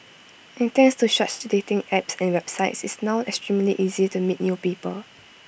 and thanks to such dating apps and websites it's now extremely easy to meet new people